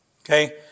Okay